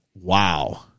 wow